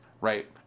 Right